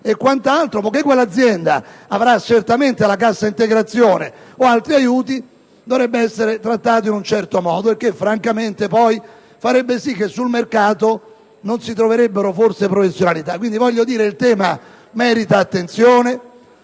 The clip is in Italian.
e quant'altro, poiché l'azienda usufruirà certamente della cassa integrazione o di altri aiuti, dovrebbe essere trattato in un certo modo, il che poi farebbe sì che sul mercato non si troverebbero forse professionalità. Il tema merita attenzione,